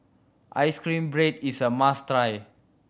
ice cream bread is a must try